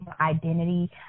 identity